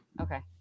Okay